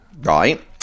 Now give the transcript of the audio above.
right